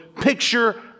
picture